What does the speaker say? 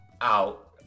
out